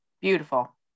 Beautiful